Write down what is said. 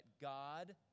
God